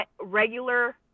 regular